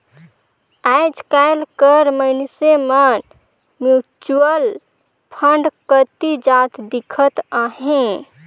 आएज काएल कर मइनसे मन म्युचुअल फंड कती जात दिखत अहें